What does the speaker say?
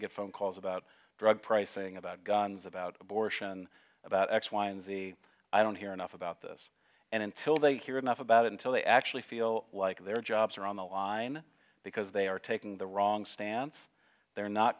get phone calls about drug pricing about guns about abortion about x y and z i don't hear enough about this and until they hear enough about it until they actually feel like their jobs are on the line because they are taking the wrong stance they're not